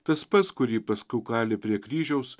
tas pats kurį paskiau kalė prie kryžiaus